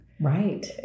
Right